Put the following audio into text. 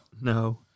No